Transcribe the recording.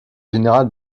général